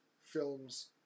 films